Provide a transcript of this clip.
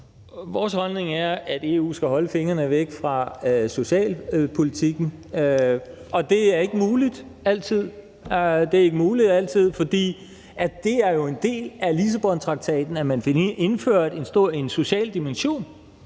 Vores holdning er, at EU skal holde fingrene væk fra socialpolitikken, og det er ikke altid muligt, fordi det jo er en del af Lissabontraktaten, at man indfører en social dimension.